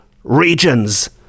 regions